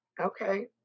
Okay